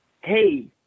hey